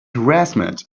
harassment